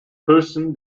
person